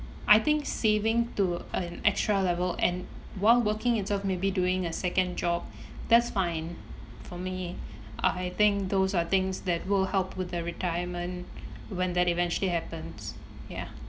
I think saving to earn extra level and while working itself maybe doing a second job that's fine for me I think those are things that will help with their retirement when that eventually happens ya